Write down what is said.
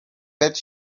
bet